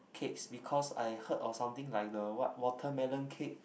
cakes because I heard of something like the what watermelon cake